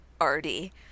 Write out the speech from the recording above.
arty